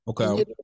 Okay